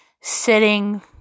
sitting